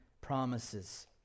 promises